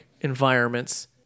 environments